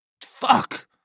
Fuck